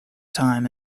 time